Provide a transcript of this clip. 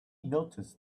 noticed